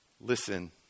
Listen